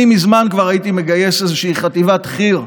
אני מזמן כבר הייתי מגייס איזושהי חטיבת חי"ר,